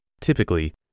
Typically